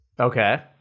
Okay